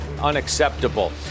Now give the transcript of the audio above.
unacceptable